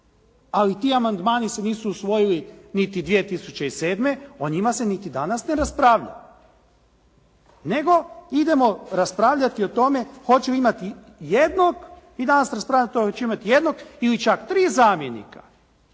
Ali ti amandmani se nisu usvojili niti 2007., o njima se niti danas ne raspravlja nego idemo raspravljati o tome hoće li imati jednog i danas raspravljati hoće li imati jednog ili čak tri zamjenika.